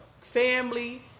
family